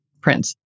prince